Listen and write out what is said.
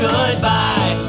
Goodbye